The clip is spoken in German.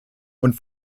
und